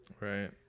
right